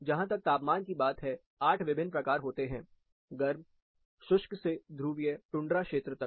जहां तक तापमान की बात है 8 विभिन्न प्रकार हैं गर्म शुष्क से ध्रुवीय टुंड्रा क्षेत्र तक